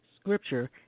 scripture